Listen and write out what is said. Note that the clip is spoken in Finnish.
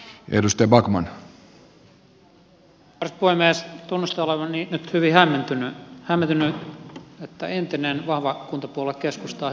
tunnustan olevani nyt hyvin hämmentynyt hämmentynyt että entinen vahva kuntapuolue keskusta on hylännyt kunnat